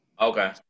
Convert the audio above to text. Okay